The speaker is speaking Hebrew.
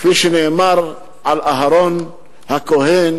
כפי שנאמר על אהרן הכוהן.